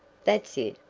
that's it.